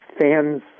fans